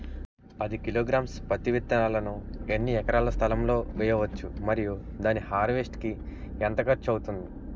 పది కిలోగ్రామ్స్ పత్తి విత్తనాలను ఎన్ని ఎకరాల స్థలం లొ వేయవచ్చు? మరియు దాని హార్వెస్ట్ కి ఎంత ఖర్చు అవుతుంది?